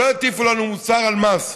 שלא יטיפו לנו מוסר על מס,